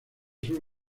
sur